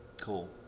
Cool